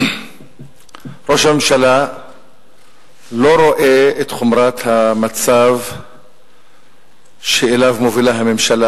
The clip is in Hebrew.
ראש הממשלה לא רואה את חומרת המצב שאליו מובילה הממשלה,